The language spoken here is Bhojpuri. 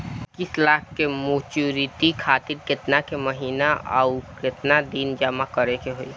इक्कीस लाख के मचुरिती खातिर केतना के महीना आउरकेतना दिन जमा करे के होई?